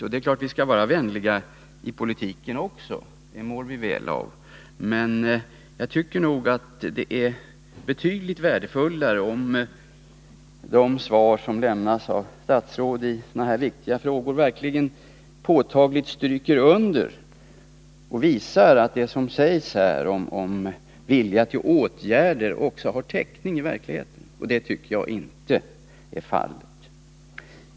Självfallet skall vi vara vänliga också i politiken — det mår vi väl av — men jag tycker nog att det är betydligt värdefullare om de svar som lämnas av statsråd i sådana här viktiga frågor verkligen påtagligt stryker under och visar att det som sägs om vilja till åtgärder också har täckning i verkligheten. Det tycker jag inte är förhållandet i detta fall.